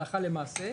הלכה למעשה,